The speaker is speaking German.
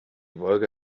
wolga